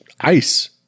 ice